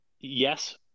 yes